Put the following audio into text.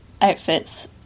outfits